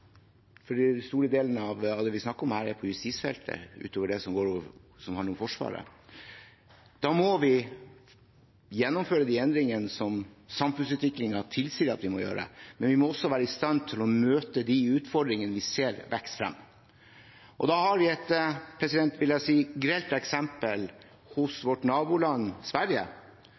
store deler av det vi snakker om her, på justisfeltet – utover det som handler om Forsvaret – og da må vi gjennomføre de endringene som samfunnsutviklingen tilsier at vi må gjøre. Men vi må også være i stand til å møte de utfordringene vi ser vokse frem. Da har vi, vil jeg si, et grelt eksempel i vårt naboland, Sverige,